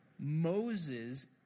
Moses